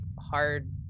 hard